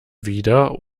wieder